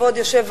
כבוד היושב-ראש,